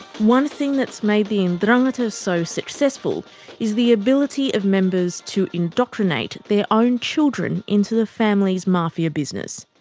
one thing that's made the ndrangheta so successful is the ability of members to indoctrinate their own children into the family's mafia business.